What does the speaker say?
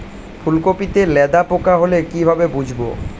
ফুলকপিতে লেদা পোকা হলে কি ভাবে বুঝবো?